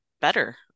better